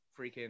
freaking